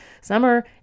Summer